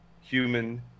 human